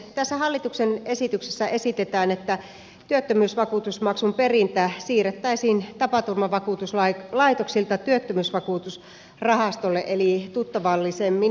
tässä hallituksen esityksessä esitetään että työttömyysvakuutusmaksun perintä siirrettäisiin tapaturmavakuutuslaitoksilta työttömyysvakuutusrahastolle eli tuttavallisemmin tvrlle